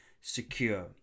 secure